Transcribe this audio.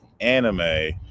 anime